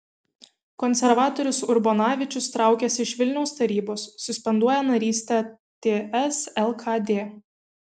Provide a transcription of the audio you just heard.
konservatorius urbonavičius traukiasi iš vilniaus tarybos suspenduoja narystę ts lkd